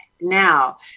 now